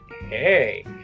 hey